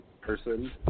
person